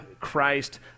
Christ